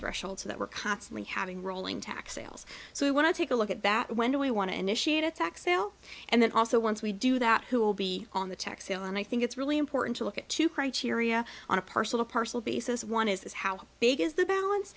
threshold so that we're constantly having rolling tax sales so we want to take a look at that when we want to initiate a tax sale and then also once we do that who will be on the check sale and i think it's really important to look at two criteria on a personal parcel basis one is how big is the balance